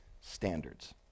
standards